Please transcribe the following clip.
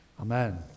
amen